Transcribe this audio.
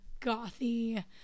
gothy